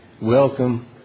welcome